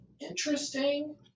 interesting